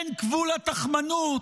אין גבול לתחמנות,